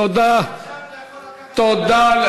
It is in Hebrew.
תודה.